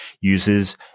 uses